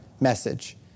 message